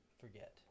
forget